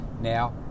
now